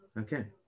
Okay